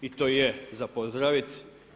I to je za pozdravit.